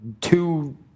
two